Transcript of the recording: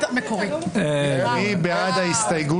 מי בעד ההסתייגות?